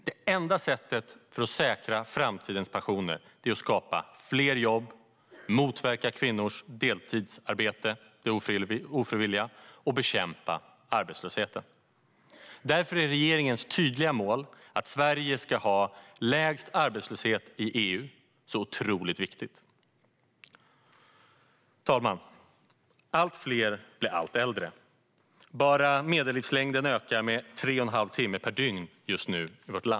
Det enda sättet att säkra framtidens pensioner är att skapa fler jobb, att motverka kvinnors deltidsarbete - det ofrivilliga - och att bekämpa arbetslösheten! Därför är regeringens tydliga mål att Sverige ska ha lägst arbetslöshet i EU så otroligt viktigt. Fru talman! Allt fler blir allt äldre. Just nu ökar medellivslängden i vårt land med tre och en halv timme per dygn.